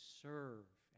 serve